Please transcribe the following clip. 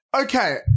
Okay